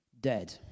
Dead